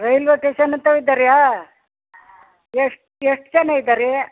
ಹಾಂ railway station ಹತ್ರ ಇದ್ದೀರ್ಯಾ ಎಷ್ಟು ಎಷ್ಟು ಜನ ಇದ್ದೀರೀ